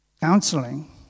counseling